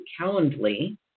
Calendly